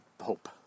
hope